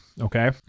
okay